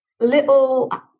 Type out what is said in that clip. little